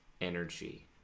energy